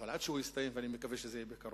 אבל עד שהוא יסתיים, ואני מקווה שזה יקרה בקרוב,